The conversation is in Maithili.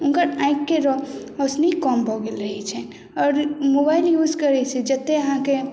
हुनकर आँखि के रौशनी कम भऽ गेल रहै छनि आओर मोबाइल यूज करै से जते अहाँके